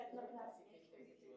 etnografinių ekspedicijų